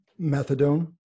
methadone